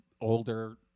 older